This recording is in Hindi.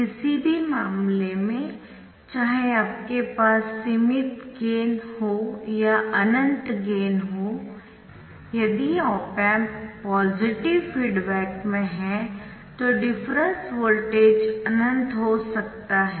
किसी भी मामले में चाहे आपके पास सीमित गेन हो या अनंत गेन हो यदि ऑप एम्प पॉजिटिव फीडबैक में है तो डिफरेंस वोल्टेज अनंत हो जाता है